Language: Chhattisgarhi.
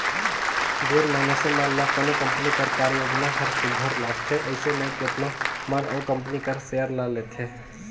जेन मइनसे मन ल कोनो कंपनी कर कारयोजना हर सुग्घर लागथे अइसे में केतनो मन ओ कंपनी कर सेयर ल लेथे